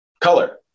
color